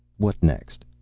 what next?